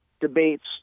debates